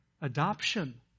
adoption